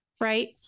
right